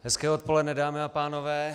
Hezké odpoledne, dámy a pánové.